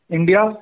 India